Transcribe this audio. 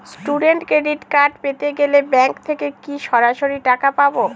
Student credit card পেতে গেলে bank থেকে কি সরাসরি টাকা পাবো?